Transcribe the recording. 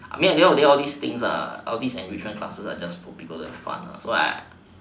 I mean at the end of the day all these things all these enrichment classes are for people to have fun ah so I